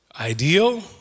Ideal